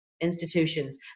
institutions